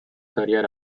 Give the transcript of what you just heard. career